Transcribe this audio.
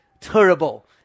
terrible